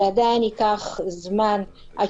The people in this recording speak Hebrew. זה עדיין ייקח זמן עד